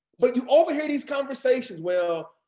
but you overhear these conversations, well,